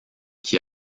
qui